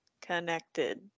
connected